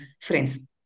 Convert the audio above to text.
friends